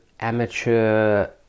amateur